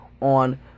on